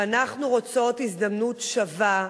ואנחנו רוצות הזדמנות שווה,